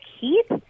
Keith